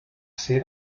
ser